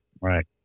Right